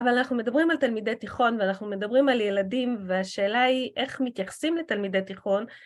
אבל אנחנו מדברים על תלמידי תיכון, ואנחנו מדברים על ילדים, והשאלה היא איך מתייחסים לתלמידי תיכון